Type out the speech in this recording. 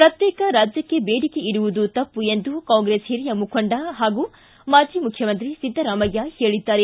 ಪ್ರತ್ಯೇಕ ರಾಜ್ಯಕ್ಕೆ ಬೇಡಿಕೆ ಇಡುವುದು ತಪ್ಪು ಎಂದು ಕಾಂಗ್ರೆಸ್ ಹಿರಿಯ ಮುಖಂಡ ಹಾಗೂ ಮಾಜಿ ಮುಖ್ಯಮಂತ್ರಿ ಸಿದ್ದರಾಮಯ್ಯ ಹೇಳಿದ್ದಾರೆ